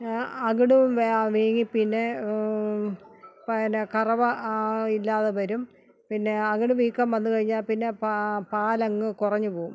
അകിട് വീങ്ങി പിന്നെ പിന്നെ കറവ ഇല്ലാത വരും പിന്നെ അകിട് വീക്കം വന്ന് കഴിഞ്ഞാൽ പിന്നെ പാൽ പാൽ അങ്ങ് കുറഞ്ഞ് പോകും